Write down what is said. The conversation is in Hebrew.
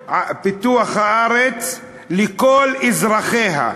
על פיתוח הארץ לכל אזרחיה.